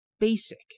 basic